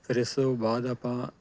ਫਿਰ ਇਸ ਤੋਂ ਬਾਅਦ ਆਪਾਂ